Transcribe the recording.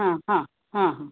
हां हां हां हां